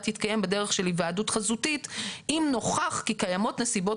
תתקיים בדרך של היוועדות חזותית אם נוכח כי קיימות נסיבות